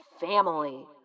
family